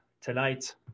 tonight